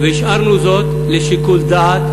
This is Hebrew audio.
והשארנו זאת לשיקול דעת,